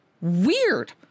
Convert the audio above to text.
weird